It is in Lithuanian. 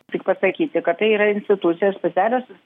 tik pasakysiu kad tai yra institucijos specialios